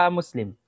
Muslim